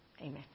Amen